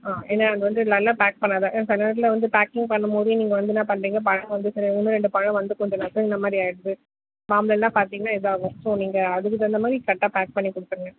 ஆ ஏன்னா எனக்கு வந்து நல்லா பேக் பண்ணிணா தான் ஏன்னா சில நேரத்தில் வந்து பேக்கிங் பண்ணபோதே நீங்கள் வந்து என்ன பண்ணுறீங்க பழம் வந்து சிலதில் ரெண்டு பழம் வந்து கொஞ்சம் நசுங்குன மாதிரி ஆகிடுது மாம்பழல்லாம் பார்த்தீங்கன்னா இதாது ஆகும் ஸோ நீங்கள் அதுக்கு தகுந்தமாதிரி கரெக்டாக பேக் பண்ணி கொடுத்துருங்க